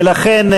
ולכן,